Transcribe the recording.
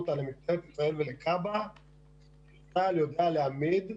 למשטרת ישראל ולכב"א שצה"ל יודע להעמיד.